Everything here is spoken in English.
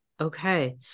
Okay